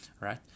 right